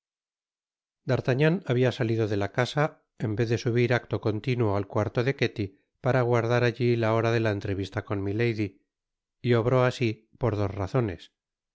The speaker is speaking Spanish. d'artagnan habia salido de la casa en vez de subir acto continuo al cuarto de ketty para aguardar alli la hora de la entrevista con milady y obró asi por dos razones